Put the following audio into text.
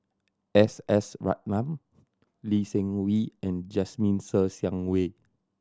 S S Ratnam Lee Seng Wee and Jasmine Ser Xiang Wei